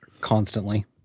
Constantly